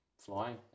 Flying